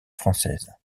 française